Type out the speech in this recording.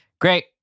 Great